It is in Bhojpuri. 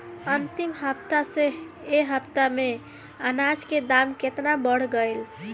अंतिम हफ्ता से ए हफ्ता मे अनाज के दाम केतना बढ़ गएल?